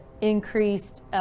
increased